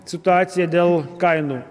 situaciją dėl kainų